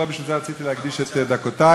לא לזה רציתי להקדיש את דקותי,